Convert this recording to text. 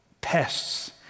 pests